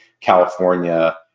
California